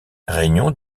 réunions